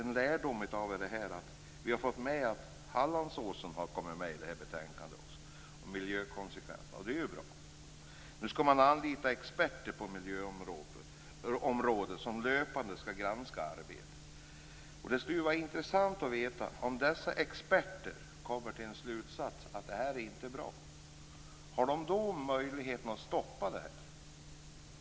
Miljökonsekvenserna vid Hallandsåsen har tagits med i betänkandet. Det är bra. Nu skall experter på miljöområdet anlitas som löpande skall granska arbetet. Det skulle vara intressant att få veta följande. Om dessa experter kommer fram till en slutsats att detta inte är bra, har de då möjligheten att stoppa det?